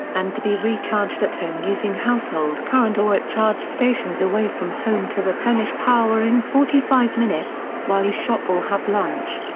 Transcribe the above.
and to be recharged at home using household current or at charge stations away from home to replenish power in forty five minutes, while you shop or have lunch.